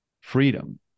freedom